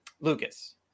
Lucas